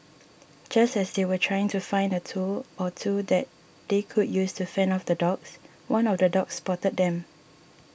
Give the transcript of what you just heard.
just as they were trying to find a tool or two that they could use to fend off the dogs one of the dogs spotted them